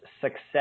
success